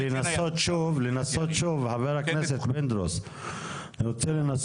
עו"ד מאמין